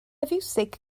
fiwsig